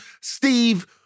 Steve